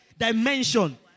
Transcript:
Dimension